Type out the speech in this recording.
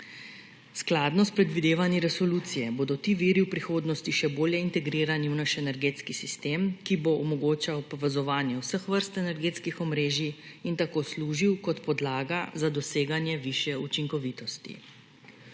Skladno s predvidevanji resolucije bodo ti viri v prihodnosti še bolje integrirani v naš energetski sistem, ki bo omogočal povezovanje vseh vrst energetskih omrežij in tako služil kot podlaga za doseganje višje učinkovitosti.